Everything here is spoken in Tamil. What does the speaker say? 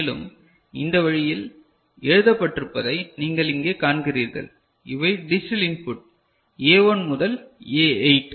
மேலும் இந்த வழியில் எழுதப்பட்டிருப்பதை நீங்கள் இங்கே காண்கிறீர்கள் இவை டிஜிட்டல் இன்புட் A1 முதல் A8